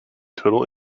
total